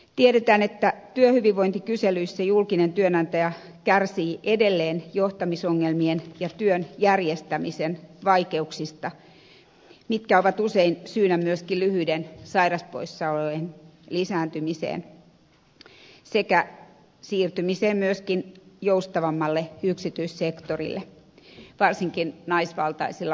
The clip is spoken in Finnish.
tiedetään että työhyvinvointikyselyissä julkinen työnantaja kärsii edelleen johtamisongelmien ja työn järjestämisen vaikeuksista mitkä ovat usein syynä myöskin lyhyiden sairauspoissaolojen lisääntymiseen sekä siirtymiseen myöskin joustavammalle yksityissektorille varsinkin naisvaltaisilla aloilla